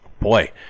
Boy